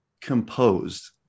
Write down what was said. composed